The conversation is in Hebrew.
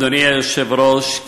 אדוני היושב-ראש,